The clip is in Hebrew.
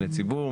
מבני ציבור,